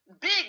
Big